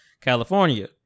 California